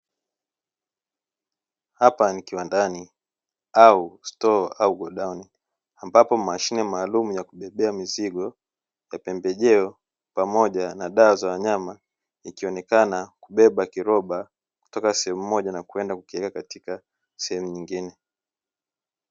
Hapa ni kiwandani au stoo au godauni ambapo mashine maalumu ya kubebea mizigo ya pembejeo pamoja na dawa za wanyama, ikionekana kubeba kiloba kutoka sehemu moja na kwenda kukiweka katika sehemu nyingine.